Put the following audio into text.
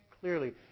clearly